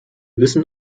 wissen